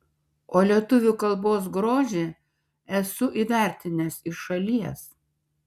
o lietuvių kalbos grožį esu įvertinęs iš šalies